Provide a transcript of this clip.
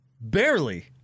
barely